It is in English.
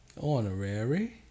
Honorary